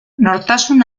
nortasun